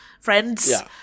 friends